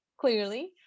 clearly